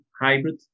hybrid